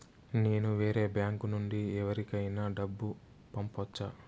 నేను వేరే బ్యాంకు నుండి ఎవరికైనా డబ్బు పంపొచ్చా?